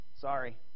Sorry